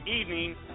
evening